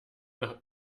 nach